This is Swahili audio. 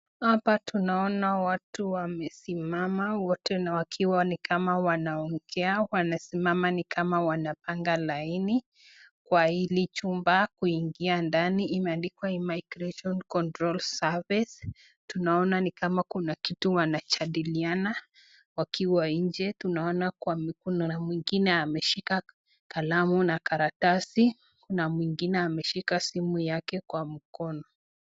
Hapa tunaona watu wamesimama wote na wakiwa ni kama wanaongea, wanasimama ni kama wanapanga laini, Kwa hili chumba kuingia ndani imeandikwa immigration control service , tunaona ni kama kuna kitu wanajadiliana, wakiwa nje, tunaona mwingine ameshika kalamu na karatasi, na mwingine ameshika simu yake kwa mkono.